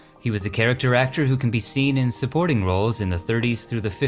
he was the character actor who can be seen in supporting roles in the thirty s through the